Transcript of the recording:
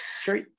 sure